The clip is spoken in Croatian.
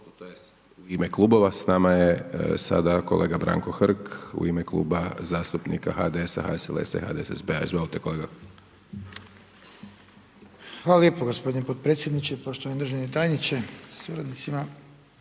u ime Klubova, s nama je sada kolega Branko Hrg u ime Kluba zastupnika HDS-a, HSLS-a i HDSSB-a, izvolite kolega. **Hrg, Branko (HDS)** Hvala lijepo gospodine potpredsjeniče. Poštovani državni tajniče sa suradnicima,